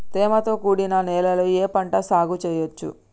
తేమతో కూడిన నేలలో ఏ పంట సాగు చేయచ్చు?